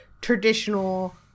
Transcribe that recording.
traditional